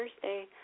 Thursday